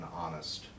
honest